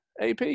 AP